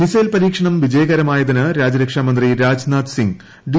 missile പരീക്ഷണം വിജയകരമായതിന് രാജ്യരക്ഷാമന്ത്രി രാജ്നാഥ് സിങ് ഡി